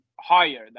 higher